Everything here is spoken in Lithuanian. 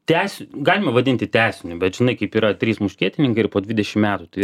tęsiu galima vadinti tęsiniu bet žinai kaip yra trys muškietininkai ir po dvidešim metų tai